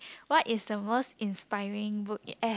what is the most inspiring book e~